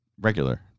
regular